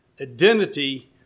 identity